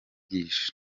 yigisha